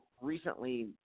recently